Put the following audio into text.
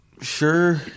Sure